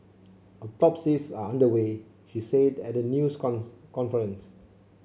autopsies are under way she said at a news conference